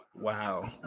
Wow